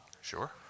Sure